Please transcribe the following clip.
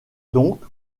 donc